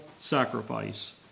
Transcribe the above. Sacrifice